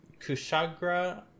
Kushagra